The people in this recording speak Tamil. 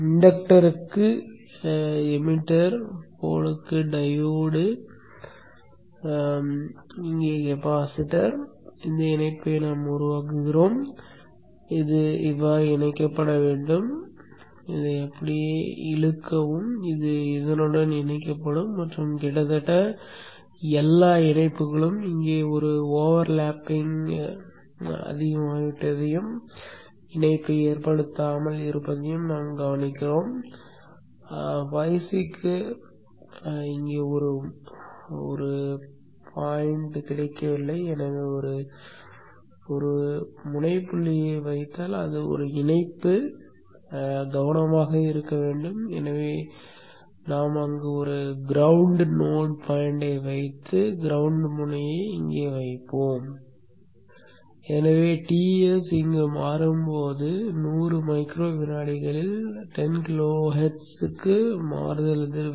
இண்டக்டருக்கு எமிட்டர் போலிற்கு டையோடு இங்கே கெபாசிட்டர்